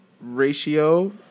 ratio